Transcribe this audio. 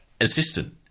assistant